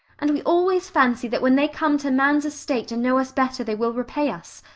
and we always fancy that when they come to man's estate and know us better they will repay us.